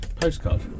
Postcard